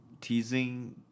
teasing